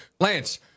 Lance